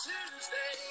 Tuesday